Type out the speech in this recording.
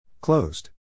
Closed